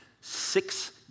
six